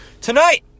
Tonight